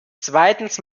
zweitens